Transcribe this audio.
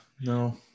No